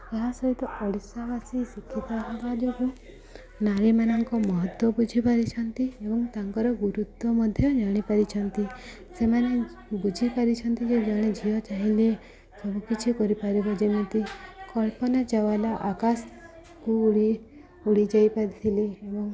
ଏହା ସହିତ ଓଡ଼ିଶାବାସୀ ଶିକ୍ଷିିତ ହେବା ଯୋଗୁଁ ନାରୀମାନଙ୍କ ମହତ୍ଵ ବୁଝିପାରିଛନ୍ତି ଏବଂ ତାଙ୍କର ଗୁରୁତ୍ୱ ମଧ୍ୟ ଜାଣିପାରିଛନ୍ତି ସେମାନେ ବୁଝିପାରିଛନ୍ତି ଯେ ଜଣେ ଝିଅ ଚାହିଁଲେ ସବୁକିଛି କରିପାରିବ ଯେମିତି କଳ୍ପନା ଚାୱଲା ଆକାଶକୁ ଉଡ଼ି ଉଡ଼ି ଯାଇ ପାରିଥିଲେ ଏବଂ